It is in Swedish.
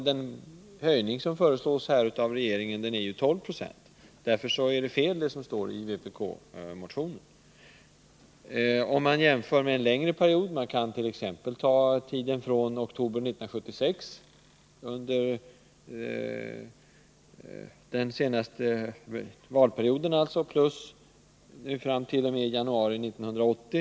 Den höjning av barnbidraget som regeringen föreslår är 12 260. Därför är det fel det som står i vpkmotionen. Man kan göra jämförelsen under en längre period, t.ex. från oktober 1976, alltså den senaste valperioden, fram t.o.m. januari 1980.